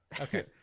Okay